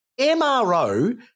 MRO